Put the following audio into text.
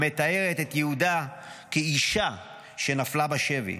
המתאר את יהודה כאישה שנפלה בשבי.